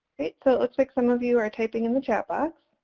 it so looks like some of you are typing in the chat box.